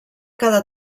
cada